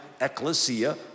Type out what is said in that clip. ecclesia